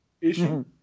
issue